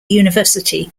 university